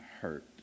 hurt